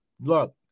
Look